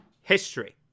history